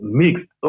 mixed